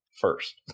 first